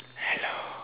hello